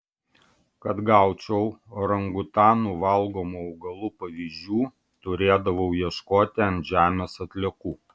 kad gaučiau orangutanų valgomų augalų pavyzdžių turėdavau ieškoti ant žemės atliekų